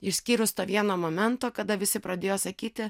išskyrus to vieno momento kada visi pradėjo sakyti